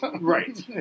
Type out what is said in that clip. Right